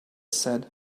said